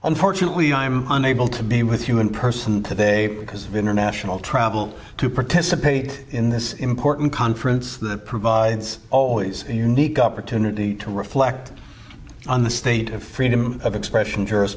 unfortunately i'm unable to be with you in person today because of international travel to participate in this important conference that provides always a unique opportunity to reflect on the state of freedom of expression juris